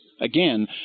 Again